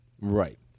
Right